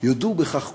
יודו בכך כולם".